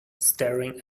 staring